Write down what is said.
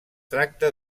tracta